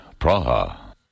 Praha